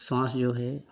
श्वास जो है